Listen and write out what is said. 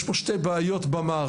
יש פה שתי בעיות במערכת,